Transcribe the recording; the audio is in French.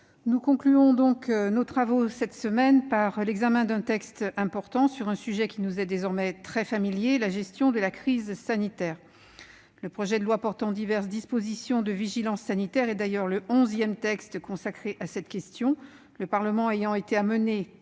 nous achevons nos travaux de la semaine par l'examen d'un texte important, sur un sujet qui nous est désormais très familier : la gestion de la crise sanitaire. Le projet de loi portant diverses dispositions de vigilance sanitaire est d'ailleurs le onzième texte consacré à cette question, le Parlement ayant été amené, comme il se doit,